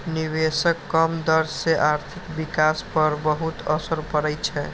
निवेशक कम दर सं आर्थिक विकास पर बहुत असर पड़ै छै